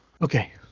Okay